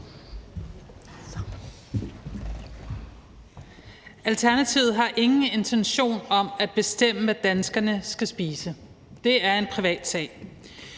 Alternativet har ingen intention om at bestemme, hvad danskerne skal spise. Det er en privatsag.